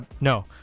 no